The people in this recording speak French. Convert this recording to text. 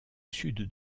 sud